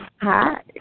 Hi